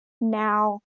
now